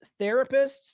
therapists